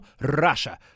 Russia